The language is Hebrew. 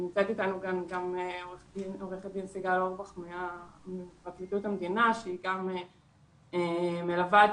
נמצאת איתנו עו"ד סיגל אורבך מפרקליטות המדינה שמלווה את